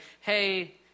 hey